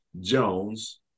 Jones